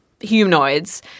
Humanoids